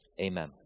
Amen